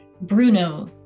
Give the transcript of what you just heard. bruno